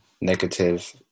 negative